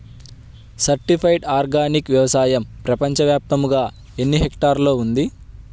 Certified organic వ్యవసాయం ప్రపంచ వ్యాప్తముగా ఎన్నిహెక్టర్లలో ఉంది?